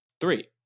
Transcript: Three